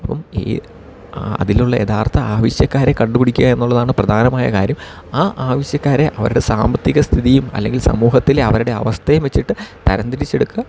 അപ്പം എ അതിലുള്ള യഥാർത്ഥ ആവശ്യക്കാരെ കണ്ടുപിടിക്കുക എന്നുള്ളതാണ് പ്രധാനമായ കാര്യം ആ ആവശ്യക്കാരെ അവരുടെ സാമ്പത്തിക സ്ഥിതിയും അല്ലെങ്കിൽ സമൂഹത്തിലെ അവരുടെ അവസ്ഥയും വെച്ചിട്ട് തരംതിരിച്ചെടുക്കുക